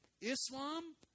Islam